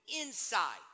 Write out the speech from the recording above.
inside